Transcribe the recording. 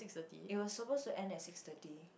it was supposed to end at six thirty